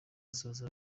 asoza